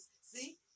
See